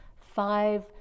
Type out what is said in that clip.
five